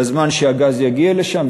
לזמן שהגז יגיע לשם,